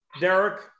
Derek